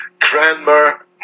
Cranmer